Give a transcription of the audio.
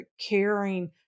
caring